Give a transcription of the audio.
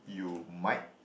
you might